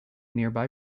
nearby